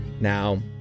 Now